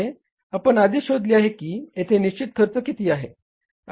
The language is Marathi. आपण आधीच शोधले आहे की येथे निश्चित खर्च किती आहे